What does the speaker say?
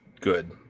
good